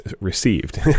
received